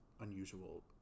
unusual